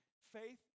faith